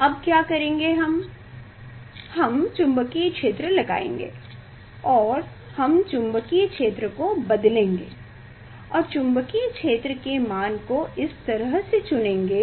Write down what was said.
हम क्या करेंगे हम चुंबकीय क्षेत्र को लगाएंगे और हम चुंबकीय क्षेत्र को बदलेंगे और चुंबकीय क्षेत्र के मान को इस तरह से चुनेंगे